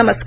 नमस्कार